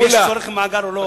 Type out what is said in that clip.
אם יש צורך במאגר או לא.